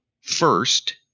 first